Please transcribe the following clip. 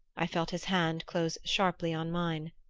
i felt his hand close sharply on mine.